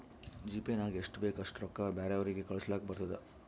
GPay ನಾಗ್ ಎಷ್ಟ ಬೇಕ್ ಅಷ್ಟ ರೊಕ್ಕಾ ಬ್ಯಾರೆವ್ರಿಗ್ ಕಳುಸ್ಲಾಕ್ ಬರ್ತುದ್